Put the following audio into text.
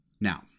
Now